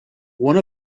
one